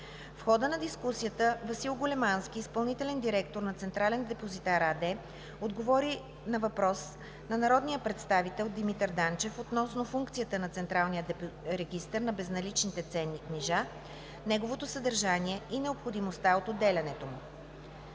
В хода на дискусията Васил Големански – изпълнителен директор на „Централен депозитар“ АД, отговори на въпрос на народния представител Димитър Данчев относно функцията на Централния регистър на безналичните ценни книжа, неговото съдържание и необходимостта от отделянето му.